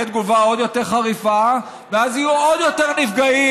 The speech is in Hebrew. תגובה עוד יותר חריפה ואז יהיו עוד יותר נפגעים,